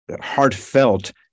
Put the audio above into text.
heartfelt